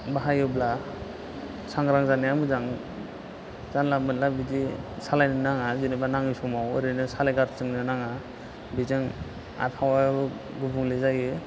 बाहायोब्ला सांग्रां जानाया मोजां जानला मोनला बिदि सालायनो नाङा जेनेबा नाङै समाव ओरैनो सालायगारथिंनो नाङा बेजों आबहावायाबो गुबुंले जायो